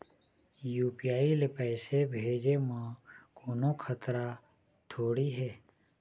UPI ले पैसे भेजे म कोन्हो खतरा थोड़ी हे?